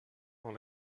dans